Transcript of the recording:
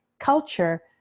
culture